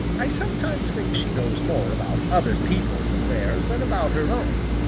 i sometimes think she knows more about other people's affairs than about her own.